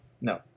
No